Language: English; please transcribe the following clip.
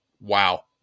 wow